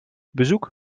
bezoek